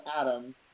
Adam